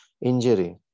injury